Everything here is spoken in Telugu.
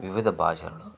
వివిధ భాషల్లో